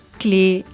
clay